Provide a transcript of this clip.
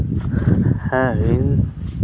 ᱦᱮᱸ ᱤᱧ